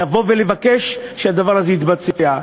לבוא ולבקש שהדבר הזה יתבצע.